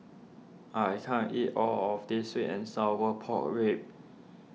I can't eat all of this Sweet and Sour Pork Ribs